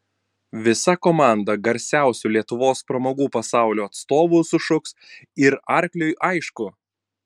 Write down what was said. visa komanda garsiausių lietuvos pramogų pasaulio atstovų sušuks ir arkliui aišku